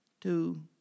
two